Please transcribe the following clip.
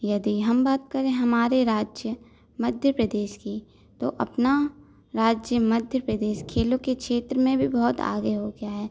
यदि हम बात करें हमारे राज्य मध्य प्रदेश की तो अपना राज्य मध्य प्रदेश खेलों के क्षेत्र में भी बहुत आगे हो गया है